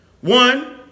One